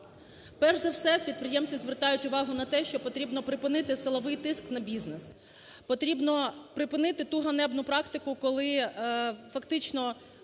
Перш за все, підприємці звертають увагу на те, що потрібно припинити силовий тиск на бізнес. Потрібно припинити ту ганебну практику, коли фактично